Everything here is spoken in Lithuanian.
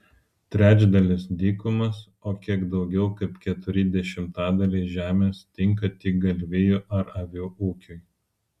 trečdalis dykumos o kiek daugiau kaip keturi dešimtadaliai žemės tinka tik galvijų ar avių ūkiui